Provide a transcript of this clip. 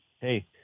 hey